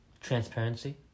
Transparency